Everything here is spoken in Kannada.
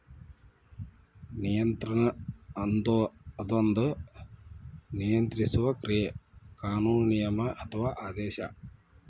ನಿಯಂತ್ರಣ ಅದೊಂದ ನಿಯಂತ್ರಿಸುವ ಕ್ರಿಯೆ ಕಾನೂನು ನಿಯಮ ಅಥವಾ ಆದೇಶ